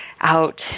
out